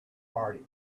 party